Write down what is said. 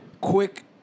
Quick